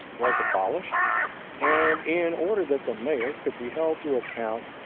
was abolished and in order that the mayor could be held to account,